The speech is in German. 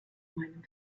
meinem